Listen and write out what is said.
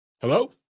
Hello